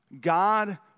God